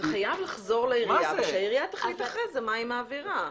זה חייב לחזור לעירייה ושהעירייה תחליט אחרי זה מה היא מעבירה.